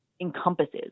Encompasses